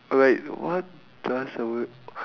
uh like what does a word